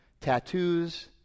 Tattoos